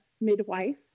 midwife